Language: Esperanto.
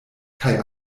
kaj